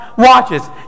watches